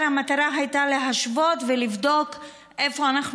המטרה הייתה להשוות ולבדוק איפה אנחנו